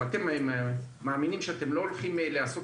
אם אתם מאמינים שאתם לא הולכים לעשות